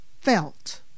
felt